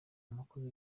umukozi